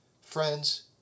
friends